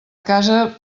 casa